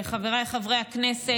חבריי חברי הכנסת,